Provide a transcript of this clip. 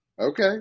Okay